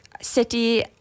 city